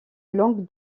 longue